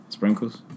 Sprinkles